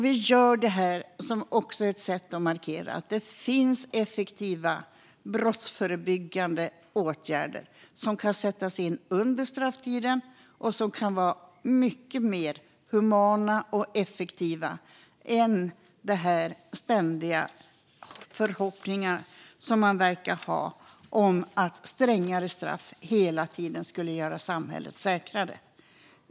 Vi gör detta som ett sätt att markera att det finns effektiva brottsförebyggande åtgärder som kan sättas in under strafftiden och som kan vara mycket mer humana och effektiva än strängare straff, som man hela tiden verkar ha förhoppningar om skulle göra samhället säkrare.